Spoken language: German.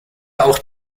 auch